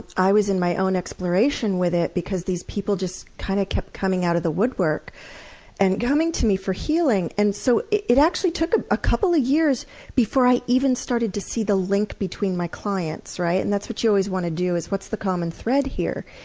i was in my own exploration with it, because these people just kind of kept coming out of the woodwork and coming to me for healing. and so it it actually took a couple of years before i even started to see the link between my clients. and that's what you always want to do, is what's the common thread here?